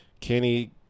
Kenny